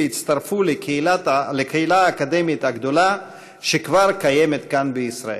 והצטרפו לקהילה האקדמית הגדולה שכבר קיימת כאן בישראל.